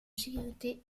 sécurité